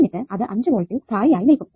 എന്നിട്ട് അത് 5 വോൾട്ടിൽ സ്ഥായി ആയി നിൽക്കും